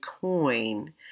coin